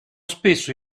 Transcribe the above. spesso